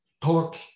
Talk